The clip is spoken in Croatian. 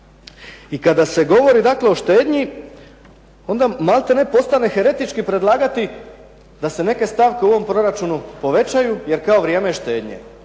I kada se govori dakle o štednji onda maltene postane heretički predlagati da se neke stavke u ovom proračunu povećaju jer kao vrijeme je štednje